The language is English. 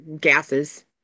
gases